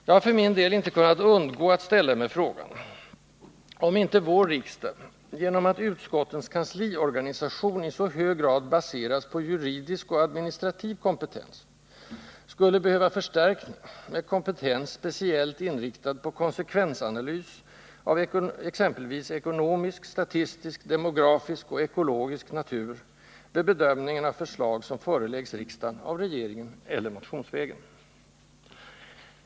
Jag har för min del inte kunnat undgå att ställa mig frågan, om inte vår riksdag genom att utskottens kansliorganisation i så hög grad baseras på juridisk och administrativ kompetens skulle behöva förstärkning med kompetens speciellt inriktad på konsekvensanalys av exempelvis ekonomisk, statistisk, demografisk och ekologisk natur, vid bedömningen av förslag som föreläggs riksdagen av regeringen eller motionsvägen.